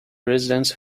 residents